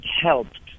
helped